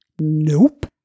Nope